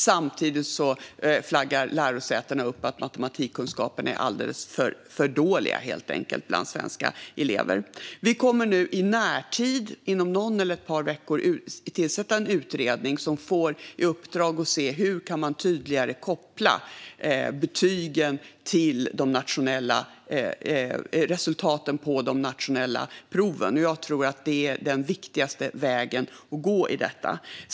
Samtidigt flaggar lärosätena för att matematikkunskaperna är alldeles för dåliga, helt enkelt, bland svenska elever. Vi kommer nu i närtid, inom någon eller ett par veckor, att tillsätta en utredning som får i uppdrag att titta på hur man tydligare kan koppla betygen till resultaten på de nationella proven. Jag tror att det är den viktigaste vägen att gå när det gäller detta.